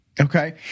Okay